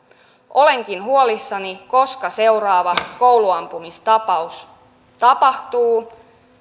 olenkin huolissani koska seuraava kouluampumistapaus tapahtuu